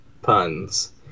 puns